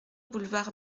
boulevard